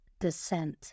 descent